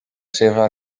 seva